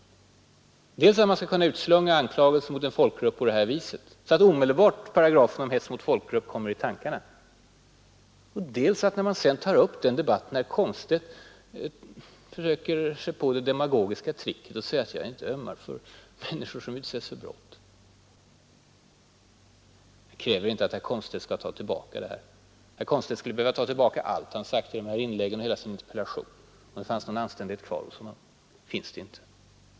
Det är dystert att någon skall utslunga anklagelser på det viset så att paragrafen om hets mot folkgrupp omedelbart kommer en i tankarna. Det är ledsamt att herr Komstedt, när jag sedan tar upp debatten, försöker sig på det demagogiska tricket att säga att jag inte ömmar för människor som utsätts för brott. Jag kräver inte längre att herr Komstedt skall ta tillbaka något. Herr förbättra sysselsätt Komstedt skulle ju behöva ta tillbaka allt som han sagt i sina inlägg och hela sin interpellation om det fanns någon anständighet kvar hos honom. Det finns det inte.